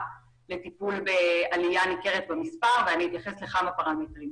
לטיפול בעלייה ניכרת במספר ואני אתייחס לכמה פרמטרים.